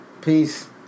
Peace